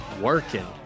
working